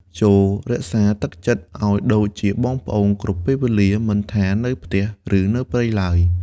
ចូររក្សាទឹកចិត្តឱ្យដូចជាបងប្អូនគ្រប់ពេលវេលា មិនថានៅផ្ទះ ឬនៅព្រៃឡើយ។